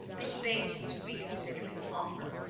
they begged him to reconsider his offer.